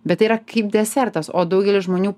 bet tai yra kaip desertas o daugelis žmonių